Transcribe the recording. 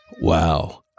Wow